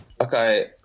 okay